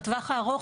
בטווח הארוך.